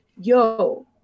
Yo